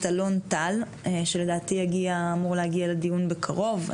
אלון טל שלדעתי אמור להגיע לדיון בקרוב.